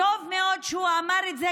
טוב מאוד שהוא אמר את זה,